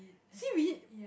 seaweed